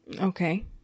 okay